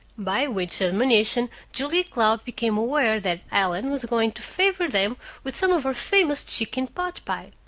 by which admonition julia cloud became aware that ellen was going to favor them with some of her famous chicken potpie.